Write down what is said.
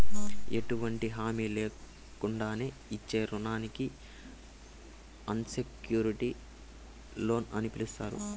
ఎటువంటి హామీ లేకున్నానే ఇచ్చే రుణానికి అన్సెక్యూర్డ్ లోన్ అని పిలస్తారు